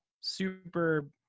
Super